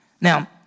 Now